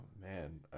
man